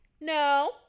No